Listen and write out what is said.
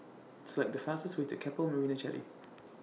Select The fastest Way to Keppel Marina Jetty